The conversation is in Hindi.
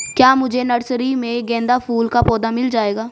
क्या मुझे नर्सरी में गेंदा फूल का पौधा मिल जायेगा?